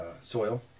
soil